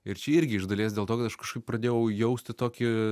ir čia irgi iš dalies dėl to kad aš kažkaip pradėjau jausti tokį